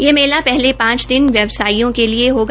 ये मेला पहले पांच दिन व्यावसायियों के लिये होगा